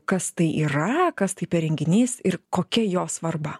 kas tai yra kas tai per renginys ir kokia jo svarba